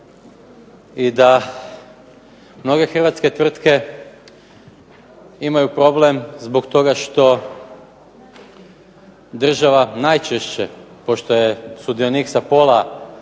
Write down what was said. i da mnoge hrvatske tvrtke imaju problem zbog toga što država najčešće pošto je sudionik sa pola,